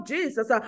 Jesus